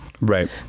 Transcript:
Right